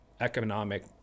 economic